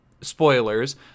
spoilers